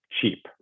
Cheap